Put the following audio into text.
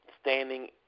standing